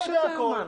הוא יודע הכול.